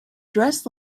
dress